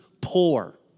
poor